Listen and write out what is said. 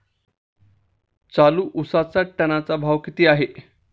चालू उसाचा टनाचा भाव किती आहे?